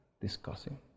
discussing